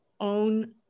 own